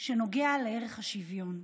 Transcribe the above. שנוגע לערך השוויון,